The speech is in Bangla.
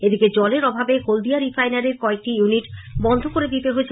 এদিকে জলের অভাবে হলদিয়া রিফাইনারির কয়েকটি ইউনিট বন্ধ করে দিতে হয়